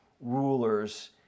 rulers